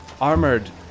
armored